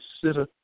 Consider